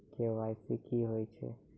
KYC की होय छै?